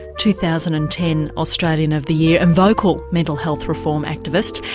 two thousand and ten australian of the year and vocal mental health reform activist.